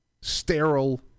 sterile